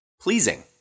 pleasing